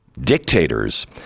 dictators